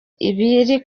ibiri